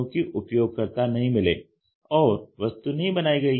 क्योंकि उपयोगकर्ता नहीं मिले और वस्तु नहीं बनाई गई